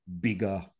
bigger